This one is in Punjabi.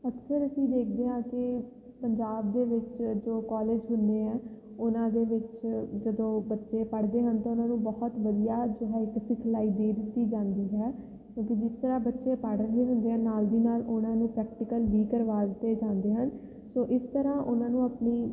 ਅਕਸਰ ਅਸੀਂ ਦੇਖਦੇ ਹਾਂ ਕਿ ਪੰਜਾਬ ਦੇ ਵਿੱਚ ਜੋ ਕੋਲਜ ਹੁੰਦੇ ਆ ਉਹਨਾਂ ਦੇ ਵਿੱਚ ਜਦੋਂ ਬੱਚੇ ਪੜ੍ਹਦੇ ਹਨ ਤਾਂ ਉਹਨਾਂ ਨੂੰ ਬਹੁਤ ਵਧੀਆ ਜੋ ਹੈ ਇੱਕ ਸਿਖਲਾਈ ਦੇ ਦਿੱਤੀ ਜਾਂਦੀ ਹੈ ਕਿਉਂਕਿ ਜਿਸ ਤਰ੍ਹਾਂ ਬੱਚੇ ਪੜ੍ਹ ਰਹੇ ਹੁੰਦੇ ਆ ਨਾਲ ਦੀ ਨਾਲ ਉਹਨਾਂ ਨੂੰ ਪ੍ਰੈਕਟੀਕਲ ਵੀ ਕਰਵਾ ਦਿੱਤੇ ਜਾਂਦੇ ਹਨ ਸੋ ਇਸ ਤਰ੍ਹਾਂ ਉਹਨਾਂ ਨੂੰ ਆਪਣੀ